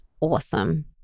awesome